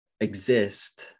exist